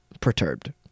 perturbed